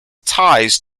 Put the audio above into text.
ties